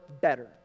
better